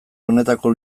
honetako